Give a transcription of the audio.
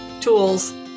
tools